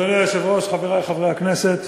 אדוני היושב-ראש, חברי חברי הכנסת,